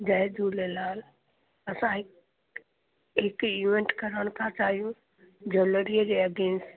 जय झूलेलाल असां हिकु हिकु इवेंट करणु था चाहियूं ज्वैलरीअ जे अगेंस्ट